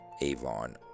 Avon